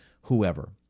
whoever